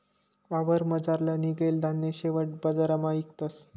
वावरमझारलं निंघेल धान्य शेवट बजारमा इकतस